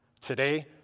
Today